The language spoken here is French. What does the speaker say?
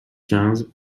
quinze